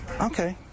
Okay